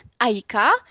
Aika